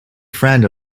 friend